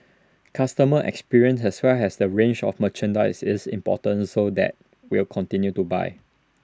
customer experience as well as the range of merchandise is important so that will continue to buy